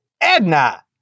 Edna